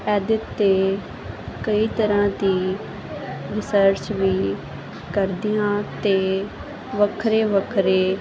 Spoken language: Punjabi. ਇਹਦੇ 'ਤੇ ਕਈ ਤਰ੍ਹਾਂ ਦੀ ਰਿਸਰਚ ਵੀ ਕਰਦੀ ਹਾਂ ਅਤੇ ਵੱਖਰੇ ਵੱਖਰੇ